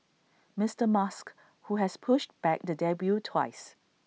Mister musk who has pushed back the debut twice